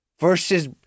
versus